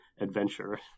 adventure